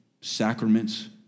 sacraments